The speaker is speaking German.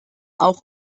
auch